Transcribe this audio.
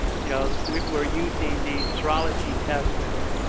you know, we're using the serology tests and